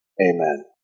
amen